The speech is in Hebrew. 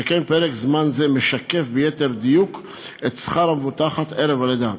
שכן פרק זמן זה משקף ביתר דיוק את שכר המבוטחת ערב הלידה.